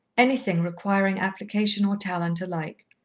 anything requiring application or talent alike.